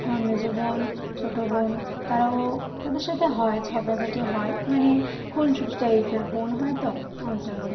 আমার মেজো বোন ছোট বোন তারাও তাদের সাথে হয় ঝগড়াঝাটি হয় মানে খুনসুটি টাইপের বোন হয় তো ওই জন্য